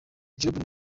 job